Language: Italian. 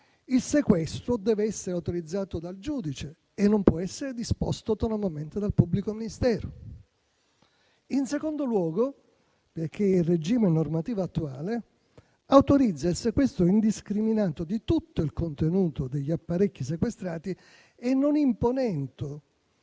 il sequestro deve essere autorizzato dal giudice e non può essere disposto autonomamente dal pubblico ministero. In secondo luogo perché il regime normativo attuale autorizza il sequestro indiscriminato di tutto il contenuto degli apparecchi sequestrati e non imponendo